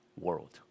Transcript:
world